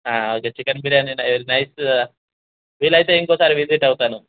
ఇదే చికెన్ బిర్యానీ నై నైట్ వీలైతే ఇంకోసారి విజిట్ అవుతాను